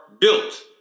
built